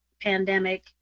pandemic